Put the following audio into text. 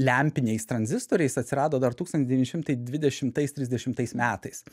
lempiniais tranzistoriais atsirado dar tūkstantis devyni šimtai dvidešimtais trisdešimtais metais